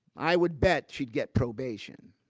i would bet she'd get probation.